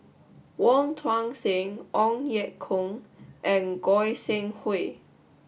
Wong Tuang Seng Ong Ye Kung and Goi Seng Hui